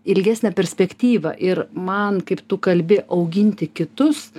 ilgesnę perspektyvą ir man kaip tu kalbi auginti kitus